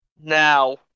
Now